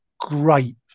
great